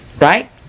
Right